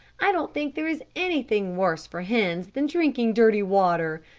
i don't think there is anything worse for hens than drinking dirty water.